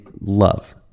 love